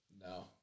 No